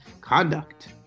Conduct